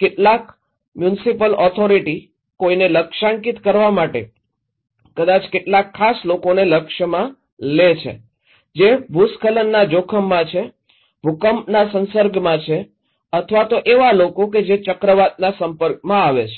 કેટલાક municipal authority કોઈને લક્ષ્યાંકિત કરવા માટે કદાચ કેટલાક ખાસ લોકોને લક્ષ્યમાં લે છે જે ભૂસ્ખલનના જોખમમાં છે ભૂકંપના સંસર્ગમાં છે અથવા તો એવા લોકો કે જે ચક્રવાતના સંપર્કમાં આવે છે